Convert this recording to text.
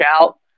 out